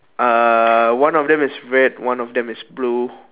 uh one of them is red one of them is blue